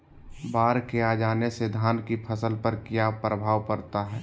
बाढ़ के आ जाने से धान की फसल पर किया प्रभाव पड़ता है?